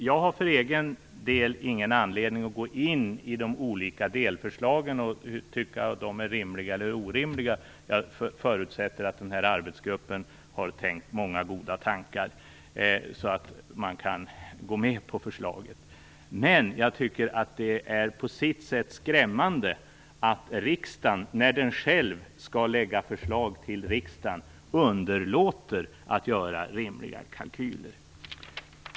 Jag har för egen del ingen anledning att gå in i de olika delförslagen och tycka att de är rimliga eller orimliga. Jag förutsätter att arbetsgruppen har tänkt många goda tankar så att man kan gå med på förslaget. Men jag tycker att det på sitt sätt är skämmande att riksdagen när den själv skall lägga fram förslag till riksdagen underlåter att göra rimliga kalkyler.